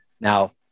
Now